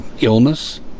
illness